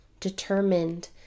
determined